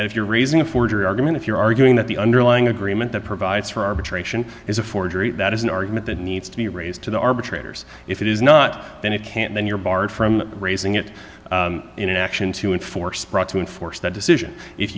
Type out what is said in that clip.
if you're raising a forgery argument if you're arguing that the underlying agreement that provides for arbitration is a forgery that is an argument that needs to be raised to the arbitrators if it is not then it can't then you're barred from raising it in an action to enforce to enforce that decision if